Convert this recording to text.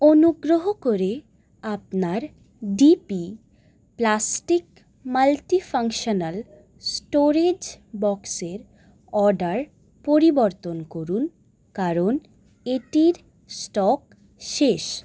অনুগ্রহ করে আপনার ডিপি প্লাস্টিক মাল্টিফাংশানাল স্টোরেজ বক্সের অর্ডার পরিবর্তন করুন কারণ এটির স্টক শেষ